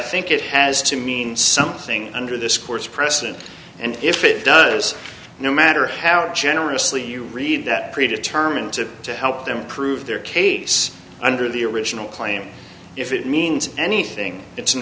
think it has to mean something under this court's precedent and if it does no matter how are generous lee you read that pre determined to to help them prove their case under the original claim if it means anything it's an